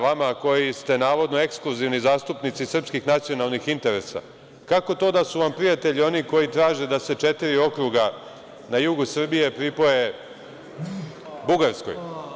Vama, koji ste navodno ekskluzivni zastupnici srpskih nacionalnih interesa, kako to da su vam prijatelji oni koji traže da se četiri okruga na jugu Srbije pripoje Bugarskoj?